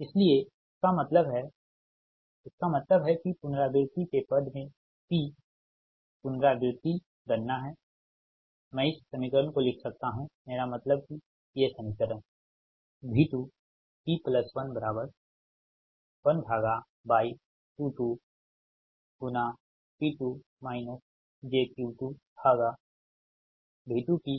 इसलिए इसका मतलब हैइसका मतलब है कि पुनरावृति के पद में P पुनरावृति गणना है मैं इस समीकरण को लिख सकता हूं मेरा मतलब है कि ये समीकरण V2p 11Y22P2 j Q2V2p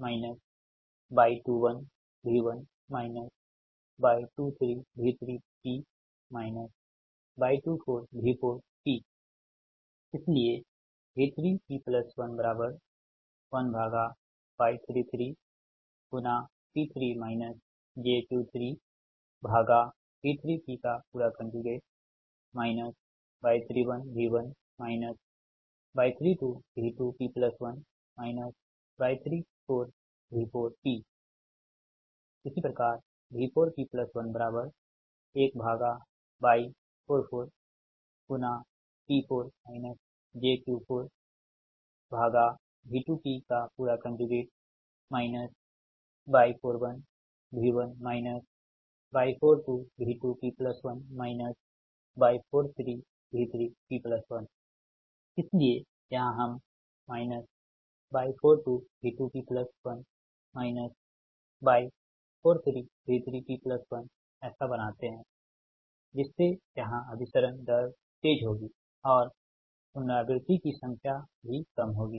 Y21V1 Y23V3P Y24V4P इसलिए V3p11Y33P3 j Q3 Y31 V1 Y32V2p1 Y34V4p V4p11Y44P4 j Q4 Y41 V1 Y42V2p1 Y43V3p1 इसलिए यहां हम Y42V2p1 Y43V3p1ऐसा बनाते हैं जिससे यहां अभिसरण दर तेज होगी और पुनरावृत्ति की संख्या कम होगी